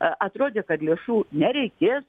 atrodė kad lėšų nereikės